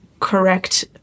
correct